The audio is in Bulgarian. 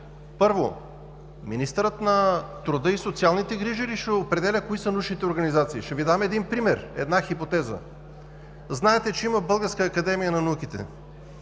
Първо, министърът на труда и социалните грижи ли ще определя кои са научните организации? Ще Ви дам един пример, една хипотеза. Знаете, че има Българска академия на науките.